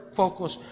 focus